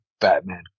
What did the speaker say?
Batman